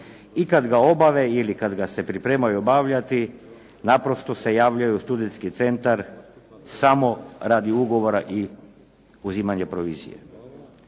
i kad ga obave ili kad ga se pripremaju obavljati naprosto se javljaju u studentski centar samo radi ugovora i uzimanja provizije.